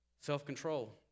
self-control